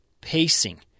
pacing